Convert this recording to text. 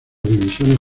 divisiones